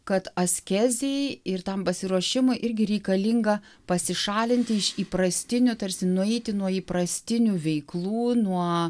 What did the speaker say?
kad askezei ir tam pasiruošimui irgi reikalinga pasišalinti iš įprastinių tarsi nueiti nuo įprastinių veiklų nuo